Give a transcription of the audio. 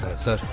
sir